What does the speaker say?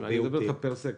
אבל אני מדבר איתך פר-סקטור.